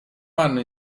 anno